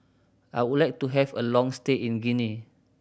I would like to have a long stay in Guinea